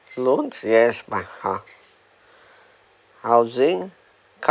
loans yes my hou~ housing car